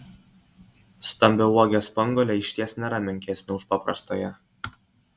stambiauogė spanguolė išties nėra menkesnė už paprastąją